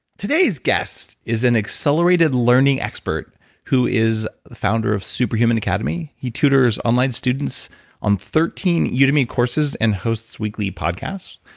today's guest is an accelerated learning expert who is the founder of superhuman academy. he tutors online students on thirteen yeah udemy courses and hosts weekly podcast.